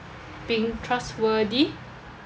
being trustworthy